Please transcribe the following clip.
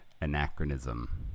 anachronism